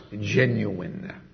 genuine